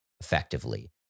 effectively